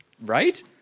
right